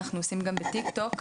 מטיק-טוק.